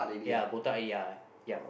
ya botak already ya yup